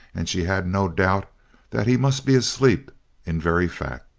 and she had no doubt that he must be asleep in very fact.